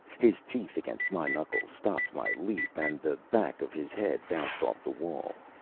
his teeth against my knuckles stopped my leap, and the back of his head bounced off the wall.